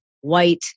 white